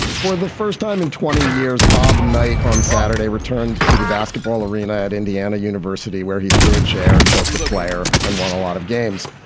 for the first time in twenty years, bob knight on saturday returned to the basketball arena at indiana university, where he threw a chair, choked a player and won a lot of games.